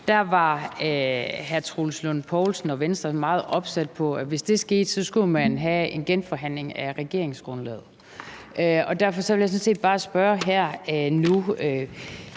var hr. Troels Lund Poulsen og Venstre meget opsat på, at hvis det skete, skulle man have en genforhandling af regeringsgrundlaget. Derfor vil jeg sådan set bare spørge her: Nu